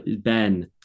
Ben